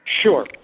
Sure